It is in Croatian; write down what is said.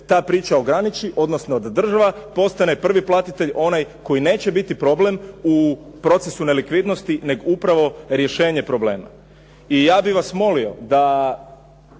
ta priča ograniči, odnosno da država postane prvi platitelj onaj koji neće biti problem u procesu nelikvidnosti nego upravo rješenje problema. I ja bih vas molio da